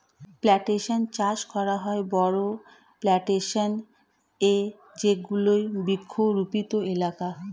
plantation চাষ করা হয় বড়ো প্লানটেশন এ যেগুলি বৃক্ষরোপিত এলাকা